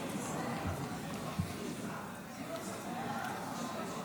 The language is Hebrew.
נא לסכם את ההצבעה,